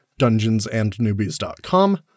dungeonsandnewbies.com